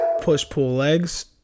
push-pull-legs